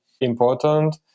important